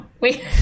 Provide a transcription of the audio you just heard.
wait